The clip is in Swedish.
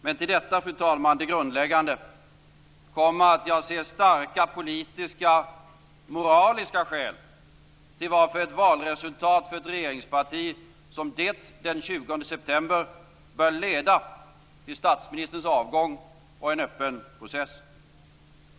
Men till detta, det grundläggande, fru talman, kommer att jag ser starka politiska moraliska skäl till varför ett valresultat för ett regeringsparti som det den 20 september bör leda till statsministerns avgång och en öppen process.